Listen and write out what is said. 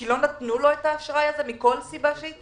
כי לא נתנו לו את האשראי הזה מכל סיבה שהיא,